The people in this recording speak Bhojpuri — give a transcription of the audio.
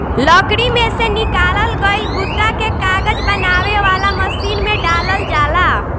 लकड़ी में से निकालल गईल गुदा के कागज बनावे वाला मशीन में डालल जाला